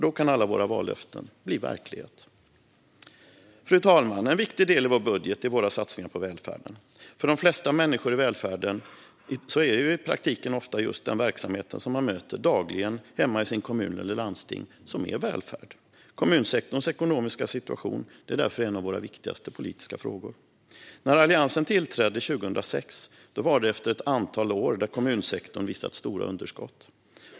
Då kan alla våra vallöften bli verklighet. Fru talman! En viktig del i vår budget är våra satsningar på välfärden. För de flesta människor är välfärden i praktiken ofta just den verksamhet man möter dagligen hemma i sin kommun eller i sitt landsting. Kommunsektorns ekonomiska situation är därför en av våra viktigaste politiska frågor. När Alliansen tillträdde 2006 var det efter ett antal år där kommunsektorn visat stora underskott.